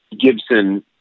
gibson